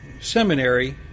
Seminary